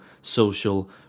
social